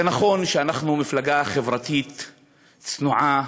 זה נכון שאנחנו מפלגה חברתית צנועה,